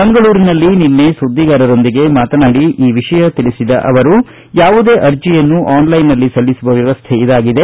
ಮಂಗಳೂರಿನಲ್ಲಿ ನಿನ್ನೆ ಸುದ್ದಿಗಾರರೊಂದಿಗೆ ಮಾತನಾಡಿ ಈ ವಿಷಯ ತಿಳಿಸಿದ ಅವರು ಯಾವುದೇ ಅರ್ಜಿಯನ್ನು ಆನ್ಲೈನ್ನಲ್ಲಿ ಸಲ್ಲಿಸುವ ವ್ವವಸ್ಥೆ ಇದಾಗಿದೆ